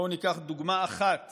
בואו ניקח דוגמה אחת